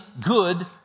good